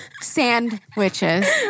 Sandwiches